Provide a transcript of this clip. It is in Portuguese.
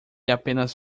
apenas